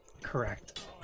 Correct